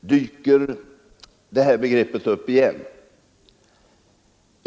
dök begreppet upp igen.